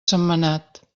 sentmenat